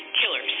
killers